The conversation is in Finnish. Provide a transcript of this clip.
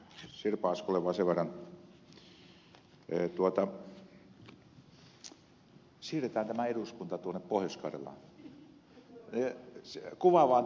sirpa asko seljavaaralle vaan sen verran että siirretään tämä eduskunta tuonne pohjois karjalaan